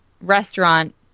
restaurant